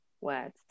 words